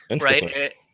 Right